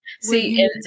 see